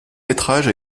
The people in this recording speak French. métrage